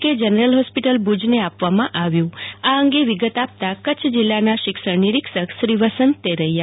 કે general hospital ભુજને આપવામાં આવ્યું આ અંગે વિગત અપાતા કરછ જીલ્લા શિક્ષણ નિરિક્ષક શ્રી વસંત તેરૈયા